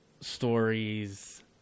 stories